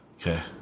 Okay